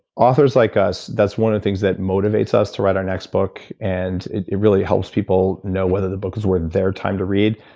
authors like us, that's one of the things that motivates us to write our next book. and it it really helps people know whether the book is worth their time to read.